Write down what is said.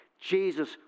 Jesus